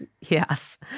Yes